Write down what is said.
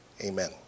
Amen